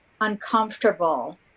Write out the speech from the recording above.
uncomfortable